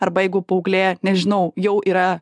arba jeigu paauglė nežinau jau yra